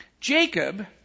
Jacob